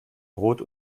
brot